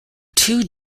two